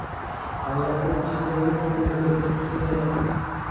आ या कोनो चीज लैयेके मन भेल तऽ कीन लेलक